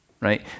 Right